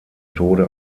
tode